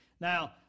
Now